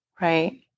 Right